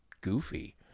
goofy